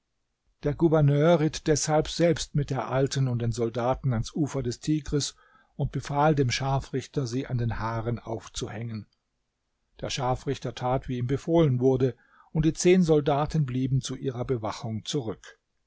der gouverneur ritt deshalb selbst mit der alten und den soldaten ans ufer des tigris und befahl dem scharfrichter sie an den haaren aufzuhängen der scharfrichter tat wie ihm befohlen wurde und die zehn soldaten blieben zu ihrer bewachung zurück